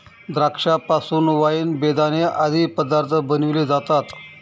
द्राक्षा पासून वाईन, बेदाणे आदी पदार्थ बनविले जातात